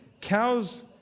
Cows